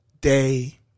day